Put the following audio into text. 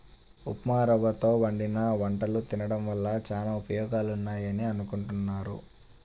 ఉప్మారవ్వతో వండిన వంటలు తినడం వల్ల చానా ఉపయోగాలున్నాయని అనుకుంటున్నారు